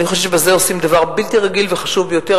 אני חושבת שבזה עושים דבר בלתי רגיל וחשוב ביותר.